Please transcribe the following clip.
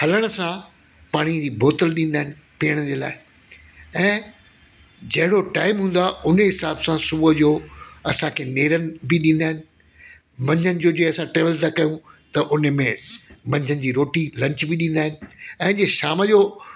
हलण सां पाणी जी बोतल ॾींदा आहिनि पीअण जे लाइ ऐं जहिड़ो टाइम हूंदो आहे उन ई हिसाब सां सुबुहु जो असांखे नेरनि बि ॾींदा आहिनि मंझंदि जो जीअं असां ट्रैवल था कयूं त उनमें मंझंदि जी रोटी लंच बि ॾींदा आहिनि ऐं जीअं शाम जो